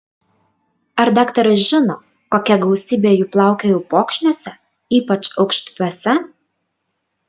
ar daktaras žino kokia gausybė jų plaukioja upokšniuose ypač aukštupiuose